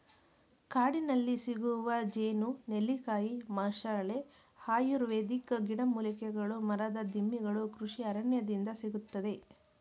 ಕಾಡಿನಲ್ಲಿಸಿಗುವ ಜೇನು, ನೆಲ್ಲಿಕಾಯಿ, ಮಸಾಲೆ, ಆಯುರ್ವೇದಿಕ್ ಗಿಡಮೂಲಿಕೆಗಳು ಮರದ ದಿಮ್ಮಿಗಳು ಕೃಷಿ ಅರಣ್ಯದಿಂದ ಸಿಗುತ್ತದೆ